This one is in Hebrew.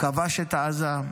כבש את עזה.